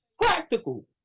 practical